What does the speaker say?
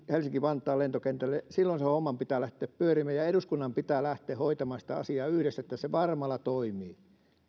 helsinki vantaan lentokentälle silloin sen homman pitää lähteä pyörimään ja eduskunnan pitää lähteä hoitamaan sitä asiaa yhdessä niin että se varmasti toimii